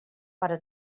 però